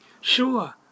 Sure